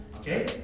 Okay